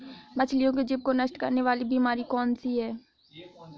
मछलियों के जीभ को नष्ट करने वाली बीमारी कौन सी है?